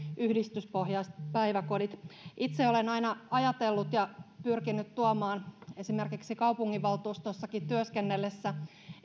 yhdistyspohjaiset päiväkodit itse olen aina ajatellut ja pyrkinyt tuomaan esimerkiksi kaupunginvaltuustossakin työskennellessä